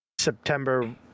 September